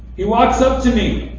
he walks up to me.